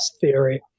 theory